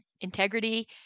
integrity